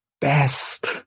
best